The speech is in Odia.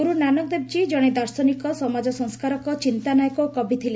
ଗୁରୁ ନାନକଦେବଜୀ ଜଣେ ଦାର୍ଶନିକ ସମାଜ ସଂସ୍କାରକ ଚିନ୍ତାନାୟକ ଓ କବି ଥିଲେ